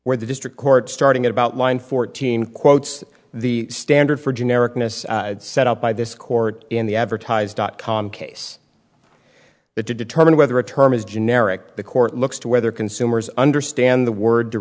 where the district court starting at about nine fourteen quotes the standard for generic mis set up by this court in the advertised dot com case that to determine whether a term is generic the court looks to whether consumers understand the word to